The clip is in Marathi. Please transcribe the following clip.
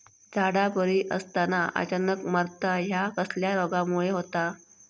झाडा बरी असताना अचानक मरता हया कसल्या रोगामुळे होता?